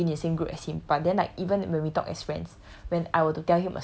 I've never like been in same group as him but then like even when we talk as friends